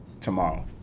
tomorrow